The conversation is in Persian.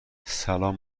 سلام